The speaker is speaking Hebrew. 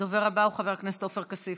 הדובר הבא הוא חבר הכנסת עופר כסיף.